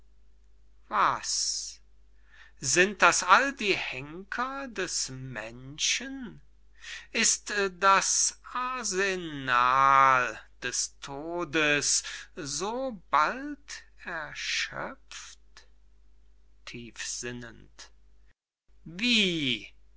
was sind das all die henker des menschen ist das arsenal des todes so bald erschöpft tiefsinnend wie